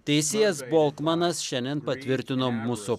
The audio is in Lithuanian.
teisėjas bolkmanas šiandien patvirtino mūsų